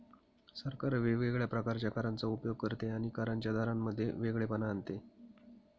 सरकार वेगवेगळ्या प्रकारच्या करांचा उपयोग करते आणि करांच्या दरांमध्ये वेगळेपणा आणते